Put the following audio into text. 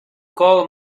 call